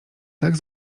tak